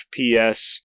FPS